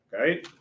Okay